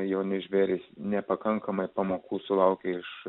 jauni žvėrys nepakankamai pamokų sulaukia iš